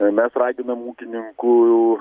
mes raginam ūkininkų